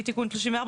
מתיקון 35,